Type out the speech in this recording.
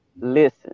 listen